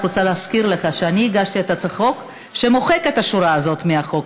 אני רק רוצה להזכיר לך שהגשתי את הצעת החוק שמוחקת את השורה הזאת מהחוק,